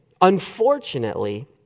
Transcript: unfortunately